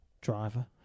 driver